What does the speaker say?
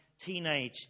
teenage